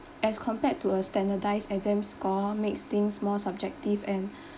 as compared to a standardised exam score makes things more subjective and